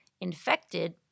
infected